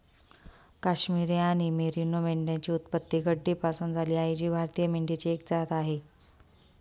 काश्मिरी आणि मेरिनो मेंढ्यांची उत्पत्ती गड्डीपासून झाली आहे जी भारतीय मेंढीची एक जात आहे